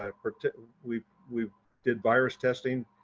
ah we we did virus testing,